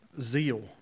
zeal